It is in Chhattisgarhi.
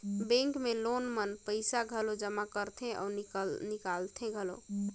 बेंक मे लोग मन पइसा घलो जमा करथे अउ निकालथें घलो